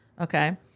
Okay